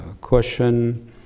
question